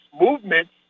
movements